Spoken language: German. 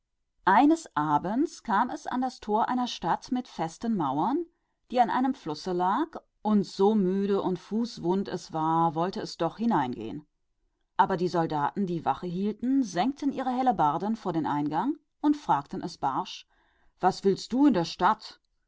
eines abends kam es an das tor einer stark befestigten stadt die an einem flusse stand und ob es auch müde und wund war machte es sich doch auf hineinzugehen aber die soldaten die auf der wache standen senkten ihre hellebarden vor den eingang und sagten rauh zu ihm was hast du in der stadt